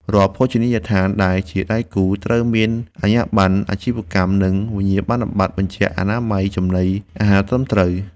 រាល់ភោជនីយដ្ឋានដែលជាដៃគូត្រូវមានអាជ្ញាប័ណ្ណអាជីវកម្ម និងវិញ្ញាបនបត្របញ្ជាក់អនាម័យចំណីអាហារត្រឹមត្រូវ។